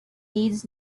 needs